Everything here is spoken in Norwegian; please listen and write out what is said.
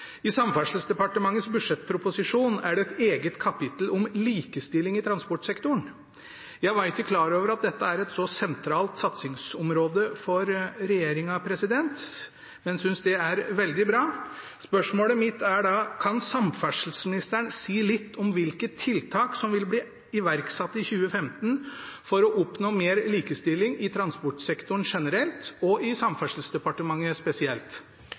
I Samferdselsdepartementets budsjettproposisjon er det et eget kapittel om likestilling i transportsektoren. Jeg var ikke klar over at dette er et så sentralt satsingsområde for regjeringen, men synes det er veldig bra. Spørsmålet mitt er da: Kan samferdselsministeren si litt om hvilke tiltak som vil bli iverksatt i 2015 for å oppnå mer likestilling i transportsektoren generelt, og i Samferdselsdepartementet spesielt?